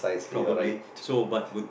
probably so but would